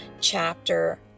chapter